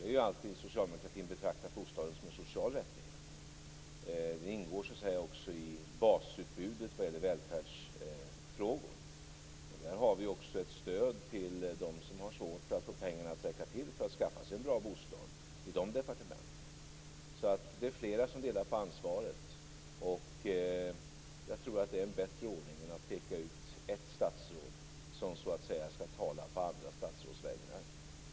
Vi har alltid inom socialdemokratin betraktat bostaden som en social rättighet. Det ingår i basutbudet när det gäller välfärdsfrågor. I de departementen har vi ett stöd till dem som har svårt att få pengarna att räcka till för att skaffa sig en bra bostad. Det är flera som delar på ansvaret. Jag tror att det är en bättre ordning än att peka ut ett statsråd som skall tala på andra statsråds vägnar.